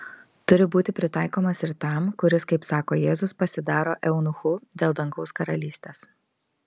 turi būti pritaikomas ir tam kuris kaip sako jėzus pasidaro eunuchu dėl dangaus karalystės